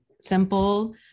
simple